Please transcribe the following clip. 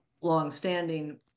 longstanding